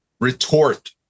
retort